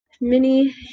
mini